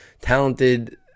talented